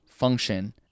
function